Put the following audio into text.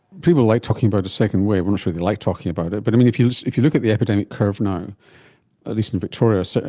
people like talking about a second wave, i'm not sure they like talking about it, but if you if you look at the epidemic curve now, at least in victoria, so